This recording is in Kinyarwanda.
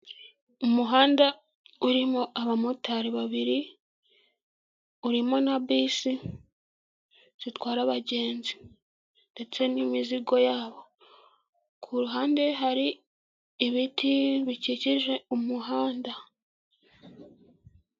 Umuhanda urimo abamotari babiri, urimo na bisi zitwara abagenzi ndetse n'imizigo yabo, ku ruhande hari ibiti bikikije umuhanda.